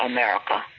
America